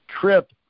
trip